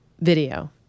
video